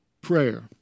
prayer